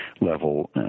level